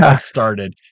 started